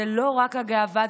זאת לא רק הגאווה,